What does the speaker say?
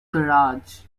garage